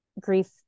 grief